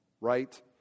right